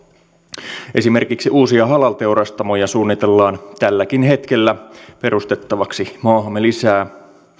esimerkiksi uusia halal teurastamoja suunnitellaan tälläkin hetkellä perustettavaksi maahamme lisää